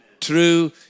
True